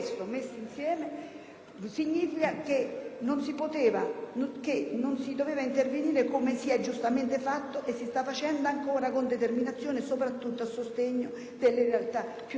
significa che non si doveva intervenire, come si è giustamente fatto e si sta facendo ancora con determinazione, soprattutto a sostegno delle realtà più deboli ed esposte.